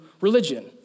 religion